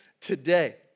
today